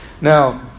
Now